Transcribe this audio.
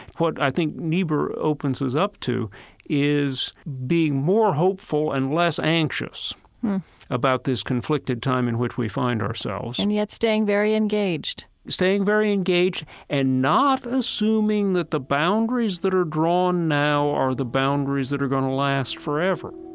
what i think niebuhr opens us up to is being more hopeful and less anxious about this conflicted time in which we find ourselves and yet staying very engaged staying very engaged and not assuming that the boundaries that are drawn now are the boundaries that are going to last forever